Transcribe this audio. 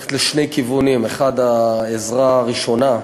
ללכת לשני כיוונים: 1. העזרה הראשונה,